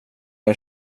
jag